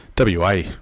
WA